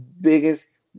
biggest